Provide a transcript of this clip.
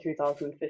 2015